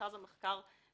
במרכז המחקר בנאס"א.